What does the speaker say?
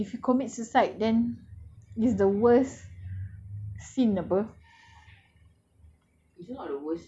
or maybe it's it's only islam that if if you commit suicide then it's the worse sin apa